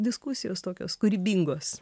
diskusijos tokios kūrybingos